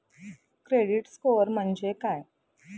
Credit score म्हणजे काय?